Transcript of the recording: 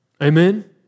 Amen